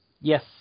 yes